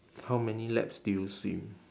how many laps do you swim